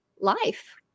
life